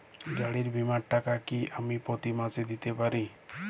গাড়ী বীমার টাকা কি আমি প্রতি মাসে দিতে পারি?